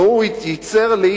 והוא ייצר לי